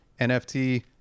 nft